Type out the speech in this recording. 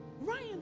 ryan